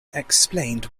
explained